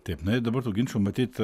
taip na ir dabar tų ginčų matyt